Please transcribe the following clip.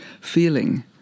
feeling